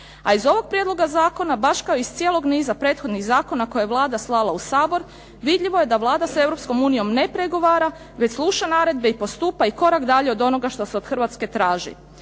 A iz ovog prijedloga zakona baš kao i iz cijelog niza prethodnih zakona koje je Vlada slala u Sabor vidljivo je da Vlada sa Europskom unijom ne pregovara već sluša naredbe i postupa i korak dalje od onoga što se od Hrvatske traži.